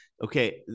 Okay